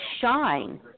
shine